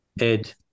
Ed